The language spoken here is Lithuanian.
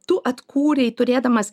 tu atkūrei turėdamas